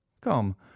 Come